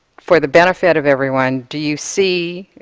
for the benefit of everyone, do you see,